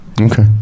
Okay